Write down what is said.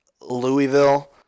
Louisville